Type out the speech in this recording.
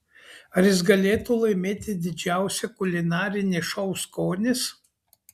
ar jis galėtų laimėti didžiausią kulinarinį šou skonis